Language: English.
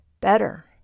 Better